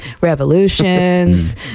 revolutions